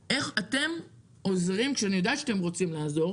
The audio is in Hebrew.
אתם עוזרים אני יודעת שאתם רוצים לעזור